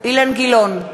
אילן גילאון,